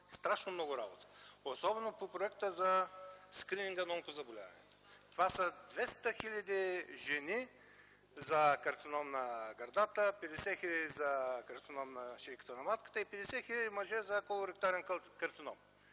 страшно много работа, особено по проекта за скрининг на онкозаболяванията. Това са прегледи на 200 хил. жени за карцином на гърдата, 50 хиляди – за карцином на шийката на матката и 50 хил. мъже – за колоректален карцином.